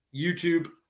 YouTube